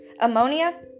Ammonia